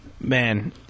man